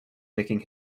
making